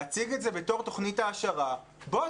להציג את זה בתור תוכנית העשרה בוא,